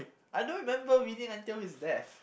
I don't remember reading until his death